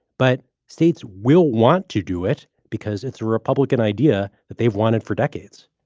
but states will want to do it because it's a republican idea that they've wanted for decades